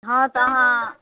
हॅं तऽ अहाँ